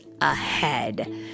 ahead